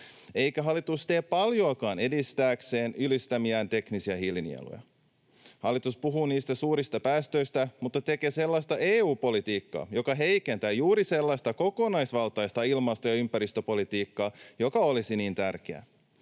eikä hallitus tee paljoakaan edistääkseen ylistämiään teknisiä hiilinieluja. Hallitus puhuu suurista päästöistä mutta tekee sellaista EU-politiikkaa, joka heikentää juuri sellaista kokonaisvaltaista ilmasto- ja ympäristöpolitiikkaa, joka olisi niin tärkeää.